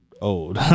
old